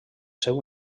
seu